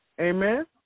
Amen